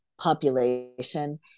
Population